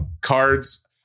cards